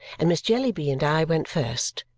and miss jellyby and i went first.